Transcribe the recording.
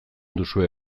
duzue